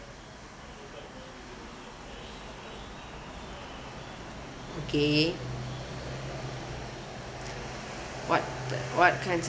okay what the what kinds